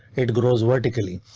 it grows vertically,